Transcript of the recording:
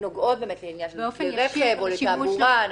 שנוגעות לעניין של כלי רכב או תעבורה.